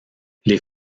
les